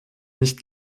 nicht